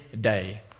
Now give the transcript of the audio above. day